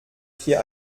hier